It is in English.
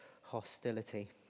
hostility